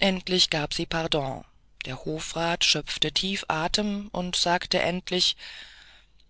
endlich gab sie pardon der hofrat schöpfte tief atem und sagte endlich